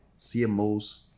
CMOs